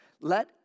Let